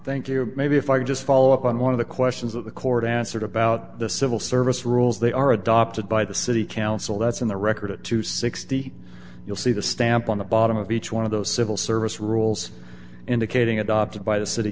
thank you maybe if i could just follow up on one of the questions that the court answered about the civil service rules they are adopted by the city council that's in the record at two sixty you'll see the stamp on the bottom of each one of those civil service rules indicating adopted by the city